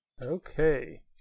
Okay